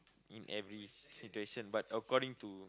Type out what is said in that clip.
in every situation but according to